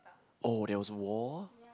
oh that was a war